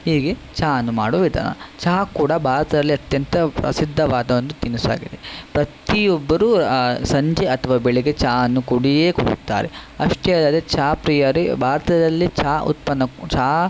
ಹೀಗೆ ಚಹಾವನ್ನು ಮಾಡುವ ವಿಧಾನ ಚಹಾ ಕೂಡ ಭಾರತದಲ್ಲಿ ಅತ್ಯಂತ ಪ್ರಸಿದ್ದವಾದ ಒಂದು ತಿನಿಸು ಆಗಿದೆ ಪ್ರತೀ ಒಬ್ಬರು ಆ ಸಂಜೆ ಅಥವಾ ಬೆಳಗ್ಗೆ ಚಹಾವನ್ನು ಕುಡಿದೇ ಕುಡಿಯುತ್ತಾರೆ ಅಷ್ಟೇ ಅಲ್ಲದೆ ಚಹಾ ಪ್ರಿಯರು ಭಾರತದಲ್ಲಿ ಚಹಾ ಉತ್ಪನ್ನ ಕೂಡ ಚಹಾ